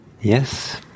Yes